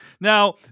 Now